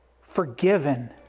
forgiven